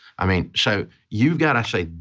i mean, so you've got to say,